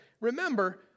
Remember